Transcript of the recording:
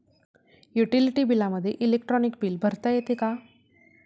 Utility बिलामध्ये electronic bill भरता येते का?